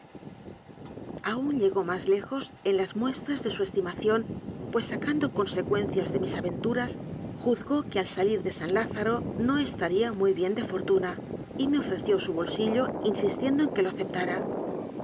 aún llegó más lejos en las muestras de su esti mación pues sacando consecuencias de mis aventuras juzgó que al salir de san lázaro no estaría muy bien de fortuna y me ofreció su bolsillo in sistiendo en que lo aceptara